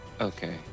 Okay